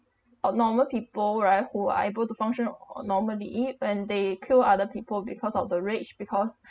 a normal people right who are able to function normally when they kill other people because of the rage because